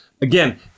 Again